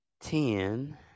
ten